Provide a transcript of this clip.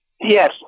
Yes